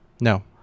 No